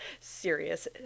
serious